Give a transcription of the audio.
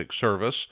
Service